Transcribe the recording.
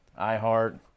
iHeart